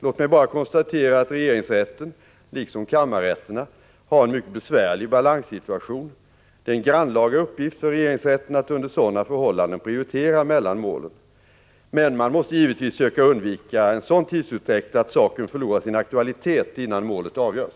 Låt mig bara konstatera att regeringsrätten — liksom kammarrätterna — har en mycket besvärlig balanssituation. Det är en grannlaga uppgift för regeringsrätten att under sådana förhållanden prioritera mellan målen. Men man måste givetvis söka undvika en sådan tidsutdräkt att saken förlorar sin aktualitet innan målet avgörs.